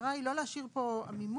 המטרה היא לא להשאיר פה עמימות